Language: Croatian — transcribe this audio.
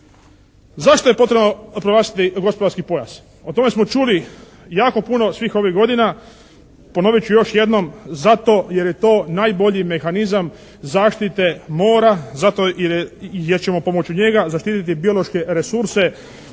Zašto je potrebno proglasiti gospodarski pojas? O tome smo čuli jako puno svih ovih godina. Ponovit ću još jednom, zato jer je to najbolji mehanizam zaštite mora, zato jer ćemo pomoću njega zaštititi biološke resurse